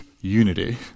unity